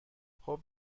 خوب